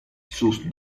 sus